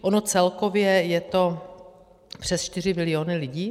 Ono celkově je to přes 4 miliony lidí.